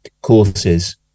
courses